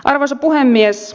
arvoisa puhemies